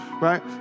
Right